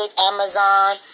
Amazon